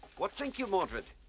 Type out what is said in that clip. what think you, mordred?